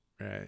right